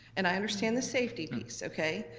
and i understand the safety piece, okay?